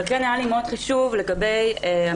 אבל כן היה לי מאוד חשוב לגבי המשטרה